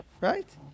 Right